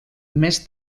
més